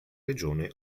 regione